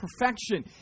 perfection